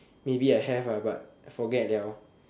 maybe I have but forget